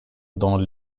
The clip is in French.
dans